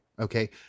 Okay